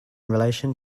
relation